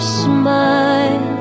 smile